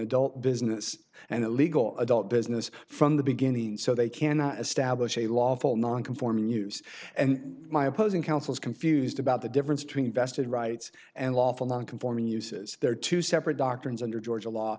adult business and a legal adult business from the beginning so they cannot establish a lawful non conforming use and my opposing counsel is confused about the difference between vested rights and lawful nonconforming uses there are two separate doctrines under georgia law